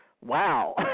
wow